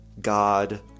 God